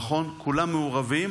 נכון, כולם מעורבים.